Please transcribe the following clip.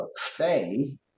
Faye